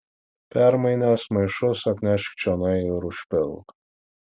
permainęs maišus atnešk čionai ir užpilk